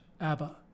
Abba